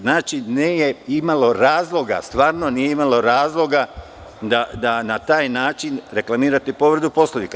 Znači, nije imalo razloga, stvarno nije imalo razloga da na taj način reklamirate povredu Poslovnika.